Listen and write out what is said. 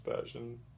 passion